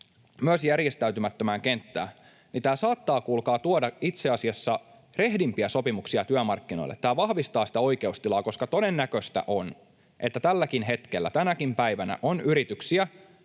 myös järjestäytymättömään kenttään, tämä saattaa kuulkaa tuoda itse asiassa rehdimpiä sopimuksia työmarkkinoille. Tämä vahvistaa sitä oikeustilaa, koska todennäköistä on, että tälläkin hetkellä, tänäkin päivänä, on yrityksiä,